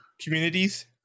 communities